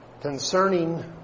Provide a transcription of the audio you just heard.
concerning